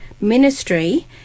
ministry